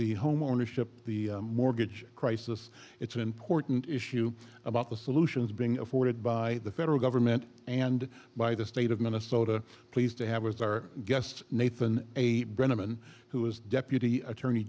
the homeownership the mortgage crisis it's an important issue about the solutions being afforded by the federal government and by the state of minnesota pleased to have was our guest nathan eight brennaman who is deputy attorney